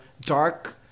dark